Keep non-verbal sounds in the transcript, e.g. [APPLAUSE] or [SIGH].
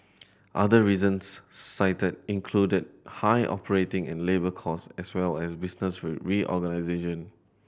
other reasons cited included high operating and labour cost as well as business [UNINTELLIGIBLE] reorganisation